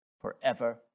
forever